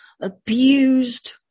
abused